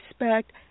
respect